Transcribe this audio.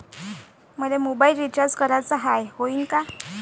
मले mobile recharge कराचा हाय, होईनं का?